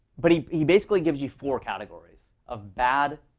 but he he basically gives you four categories of bad,